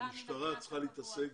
המשטרה צריכה להתעסק